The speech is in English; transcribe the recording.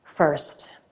First